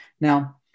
now